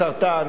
בסרטן,